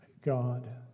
God